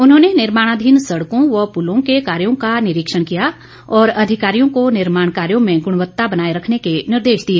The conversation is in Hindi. उन्होंने निर्माणाधीन सड़कों व पुलों के कार्यों का निरीक्षण किया और अधिकारियों को निर्माण कार्यो में गुणवत्ता बनाए रखने के निर्देश दिए